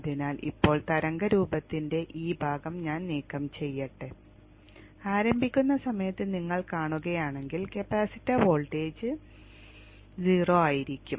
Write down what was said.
അതിനാൽ ഇപ്പോൾ തരംഗ രൂപത്തിൻറെ ഈ ഭാഗം ഞാൻ നീക്കം ചെയ്യട്ടെ ആരംഭിക്കുന്ന സമയത്ത് നിങ്ങൾ കാണുകയാണെങ്കിൽ കപ്പാസിറ്റർ വോൾട്ടേജ് 0 ആയിരിക്കും